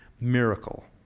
miracle